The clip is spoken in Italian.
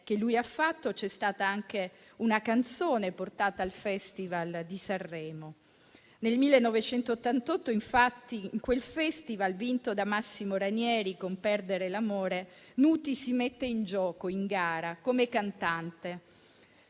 che lui ha fatto, c'è stata anche una canzone portata al Festival di Sanremo. Nel 1988, in quel Festival vinto da Massimo Ranieri con «Perdere l'amore», Nuti si mette in gioco e in gara come cantante.